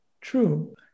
True